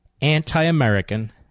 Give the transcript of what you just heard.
anti-American